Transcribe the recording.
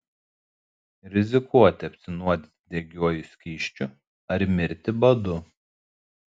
rizikuoti apsinuodyti degiuoju skysčiu ar mirti badu